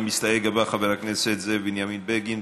המסתייג הבא, חבר הכנסת זאב בנימין בגין.